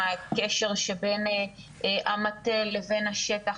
הקשר שבין המטה לבין השטח,